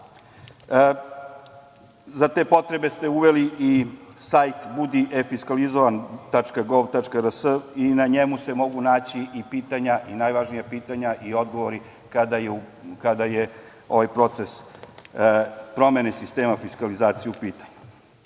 Za te potrebe ste uveli i sajt „Budi efiskalizovan.gov.rs.“ i na njemu se mogu naći i pitanja i najvažnija pitanja i odgovori kada je ovaj proces promene sistema fiskalizacije u pitanju. Ono